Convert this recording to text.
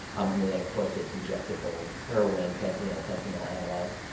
and then of course it's injectable, heroin, fentanyl, fentanyl analogs.